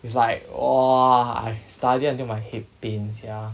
it's like !wah! I study until my head pain sia